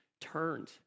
turned